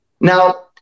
Now